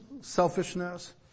selfishness